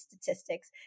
statistics